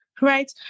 right